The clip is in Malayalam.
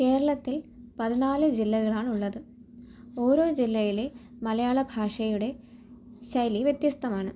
കേരളത്തിൽ പതിനാല് ജില്ലകളാണ് ഉള്ളത് ഓരോ ജില്ലയിലെ മലയാള ഭാഷയുടെ ശൈലി വ്യത്യസ്തമാണ്